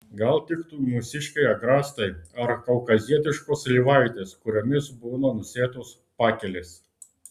gal tiktų mūsiškiai agrastai ar kaukazietiškos slyvaitės kuriomis būna nusėtos pakelės